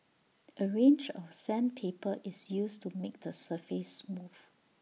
A range of sandpaper is used to make the surface smooth